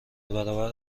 برابر